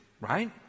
right